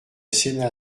sénat